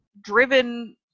driven